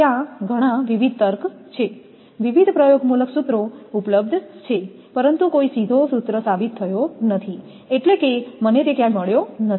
ત્યાં ઘણાં વિવિધ તર્ક છે વિવિધ પ્રયોગમૂલક સૂત્રો ઉપલબ્ધ છે પરંતુ કોઈ સીધો સૂત્ર સાબિત થયો નથી એટલે કે મને તે ક્યાંય મળ્યો નથી